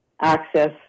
access